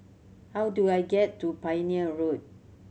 how do I get to Pioneer Road